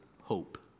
hope